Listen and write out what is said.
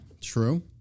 true